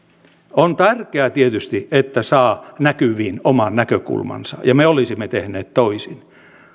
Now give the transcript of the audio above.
on tärkeää tietysti että saa näkyviin oman näkökulmansa me olisimme tehneet toisin